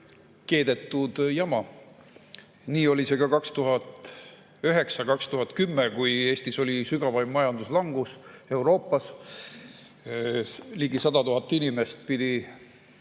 kokkukeedetud jama. Nii oli see ka aastatel 2009 ja 2010, kui Eestis oli sügavaim majanduslangus Euroopas. Ligi 100 000 inimest pidid